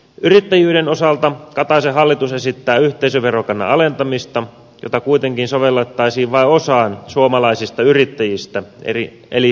yrittäjyyden osalta kataisen hallitus esittää yhteisöverokannan alentamista jota kuitenkin sovellettaisiin vain osaan suomalaisista yrittäjistä eli osakeyhtiöihin